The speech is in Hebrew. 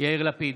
יאיר לפיד,